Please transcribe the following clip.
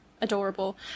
adorable